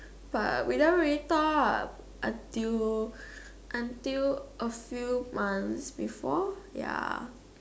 but we never really talk until until a few months before ya